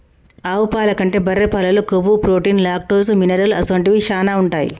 ఆవు పాల కంటే బర్రె పాలల్లో కొవ్వు, ప్రోటీన్, లాక్టోస్, మినరల్ అసొంటివి శానా ఉంటాయి